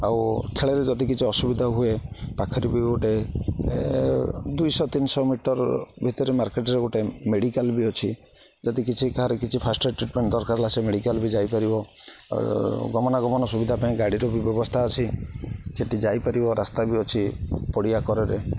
ଆଉ ଖେଳରେ ଯଦି କିଛି ଅସୁବିଧା ହୁଏ ପାଖରେ ବି ଗୋଟେ ଦୁଇଶହ ତିନିଶହ ମିଟର ଭିତରେ ମାର୍କେଟରେ ଗୋଟେ ମେଡ଼ିକାଲ ବି ଅଛି ଯଦି କିଛି କାହାରରେ କିଛି ଫାଷ୍ଟଏଡ଼ ଟ୍ରିଟମେଣ୍ଟ ଦରକାର ହେଲା ସେ ମେଡ଼ିକାଲ ବି ଯାଇପାରିବ ଗମନାଗମନ ସୁବିଧା ପାଇଁ ଗାଡ଼ିର ବି ବ୍ୟବସ୍ଥା ଅଛି ସେଠି ଯାଇପାରିବ ରାସ୍ତା ବି ଅଛି ପଡ଼ିଆ କରରେ